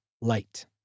light